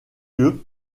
lieu